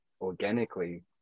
organically